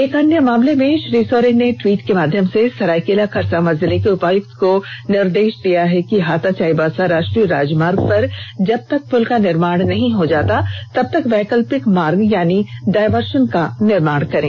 एक अन्य मामले में श्री सोरेन ने ट्वीट के माध्यम से सरायकेला खरसावा जिले के उपायुक्त को निर्देश दिया है कि हाता चाईबासा राष्ट्रीय राजमार्ग पर जब तक पुल का निर्माण नहीं हो जाता तबतक वैकल्पिक मार्ग यानी डायवर्सन का निर्माण करें